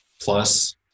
plus